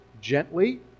gently